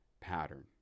pattern